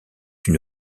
une